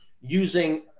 using